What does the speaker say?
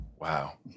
Wow